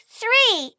three